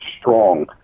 Strong